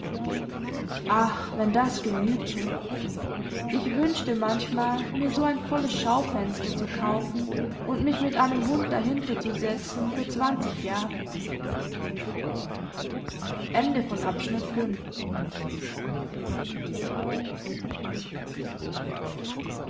ach wenn das genügte ich wünschte manchmal mir so ein volles schaufenster zu kaufen und mich mit einem hund dahinterzusetzen für zwanzig jahre